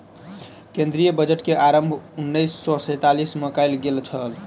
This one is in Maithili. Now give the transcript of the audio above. केंद्रीय बजट के आरम्भ उन्नैस सौ सैंतालीस मे कयल गेल छल